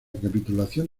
capitulación